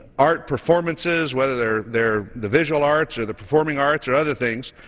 art performances, whether they're they're the visual arts or the performing arts or other things